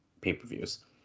pay-per-views